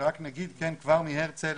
ורק נגיד, כבר מהרצל